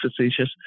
facetious